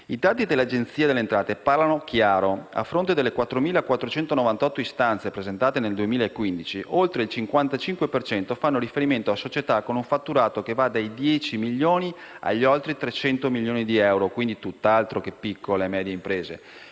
I dati dell'Agenzia delle entrate parlano chiaro: delle 4.498 istanze presentate nel 2015, oltre il 55 per cento fa riferimento a società con un fatturato che va dai 10 milioni agli oltre 300 milioni di euro (tutt'altro che piccole e medie imprese,